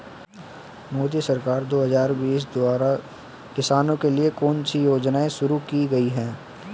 मोदी सरकार दो हज़ार बीस द्वारा किसानों के लिए कौन सी योजनाएं शुरू की गई हैं?